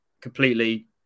completely